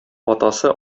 атасы